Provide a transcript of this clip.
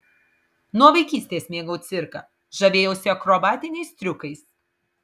nuo vaikystės mėgau cirką žavėjausi akrobatiniais triukais